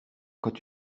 quand